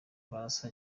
pallaso